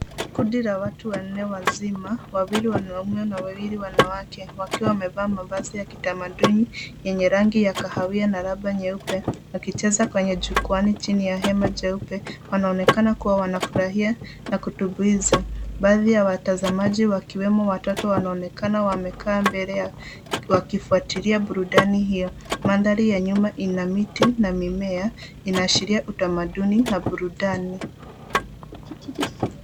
Kundi la watu wanne wazima, wawili wanaume na wawili wanawake, wakiwa wamevaa mavazi ya kitamaduni yenye rangi ya kahawia na rubber nyeupe, wakicheza kwenye jukwani chini ya hema jeupe. Wanaonekana kuwa wanafurahia na kutumbuiza. Baadhi ya watazamaji wakiwemo watoto, wanaonekana wamekaa mbele ya wakifuatilia burudani hiyo. Mandhari ya nyuma ina miti na mimea, inaashiria utamaduni na burudani.